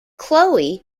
chloe